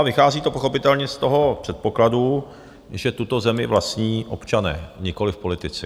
A vychází to pochopitelně z toho předpokladu, že tuto zemi vlastní občané, nikoliv politici.